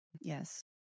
Yes